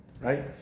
Right